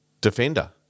defender